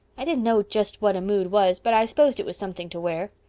i didn't know just what a mood was but i s'posed it was something to wear.